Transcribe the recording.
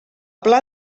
pla